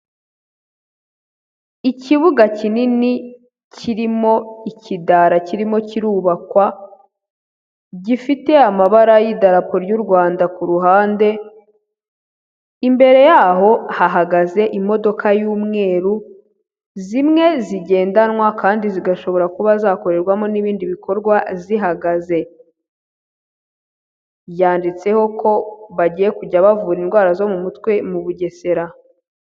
Ikibuga kinini, kirimo ikidara kirimo kirubakwa, gifite amabara y'idarapo ry'u Rwanda ku ruhande, imbere yaho hahagaze imodoka y'umweru, zimwe zigendanwa kandi zigashobora kuba zakorerwamo n'ibindi bikorwa zihagaze. Yanditseho ko bagiye kujya bavura indwara zo mu mutwe mu Bugesera.